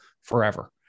forever